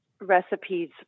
recipes